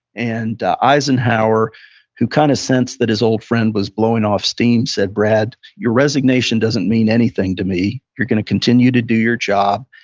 and eisenhower who kind of sensed that his old friend was blowing off steam and said, brad, your resignation doesn't mean anything to me. you're going to continue to do your job.